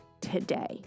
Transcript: today